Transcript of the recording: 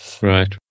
Right